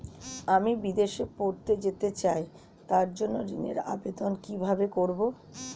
আমি বিদেশে পড়তে যেতে চাই তার জন্য ঋণের আবেদন কিভাবে করব?